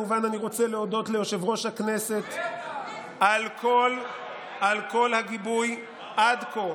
אני רוצה להודות ליושב-ראש הכנסת על כל הגיבוי עד כה